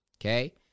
okay